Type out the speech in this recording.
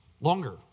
longer